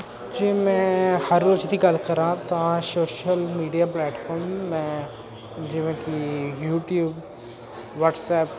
ਜੇ ਮੈਂ ਹਰ ਰੋਜ਼ ਦੀ ਗੱਲ ਕਰਾਂ ਤਾਂ ਸੋਸ਼ਲ ਮੀਡੀਆ ਪਲੈਟਫਾਰਮ ਮੈਂ ਜਿਵੇਂ ਕਿ ਯੂਟੀਊਬ ਵਟਸਐਪ